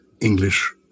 English